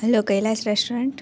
hello Kailash restaurant